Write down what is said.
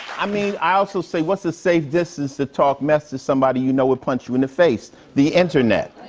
i mean, i also say, what's a safe distance to talk mess to somebody you know will punch you in the face? the internet.